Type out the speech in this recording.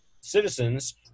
citizens